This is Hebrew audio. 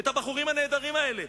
את הבחורים הנהדרים האלה.